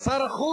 שר החוץ,